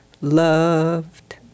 loved